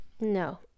No